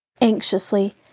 Anxiously